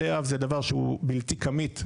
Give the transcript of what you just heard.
בתי אב זה דבר שהוא בלתי כמית ביישובים.